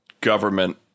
government